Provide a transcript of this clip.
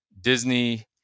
Disney